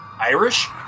irish